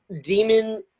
demon